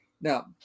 Now